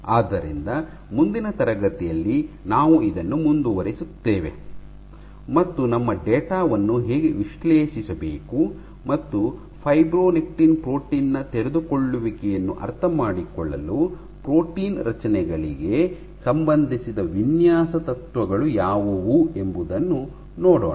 ಆದ್ದರಿಂದ ಮುಂದಿನ ತರಗತಿಯಲ್ಲಿ ನಾವು ಇದನ್ನು ಮುಂದುವರಿಸುತ್ತೇವೆ ಮತ್ತು ನಮ್ಮ ಡೇಟಾ ವನ್ನು ಹೇಗೆ ವಿಶ್ಲೇಷಿಸಬೇಕು ಮತ್ತು ಫೈಬ್ರೊನೆಕ್ಟಿನ್ ಪ್ರೋಟೀನ್ ನ ತೆರೆದುಕೊಳ್ಳುವಿಕೆಯನ್ನು ಅರ್ಥಮಾಡಿಕೊಳ್ಳಲು ಪ್ರೋಟೀನ್ ರಚನೆಗಳಿಗೆ ಸಂಬಂಧಿಸಿದ ವಿನ್ಯಾಸ ತತ್ವಗಳು ಯಾವುವು ಎಂಬುದನ್ನು ನೋಡೋಣ